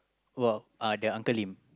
!wow! uh that Uncle-Lim